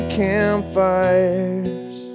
campfires